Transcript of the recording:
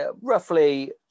roughly